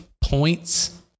points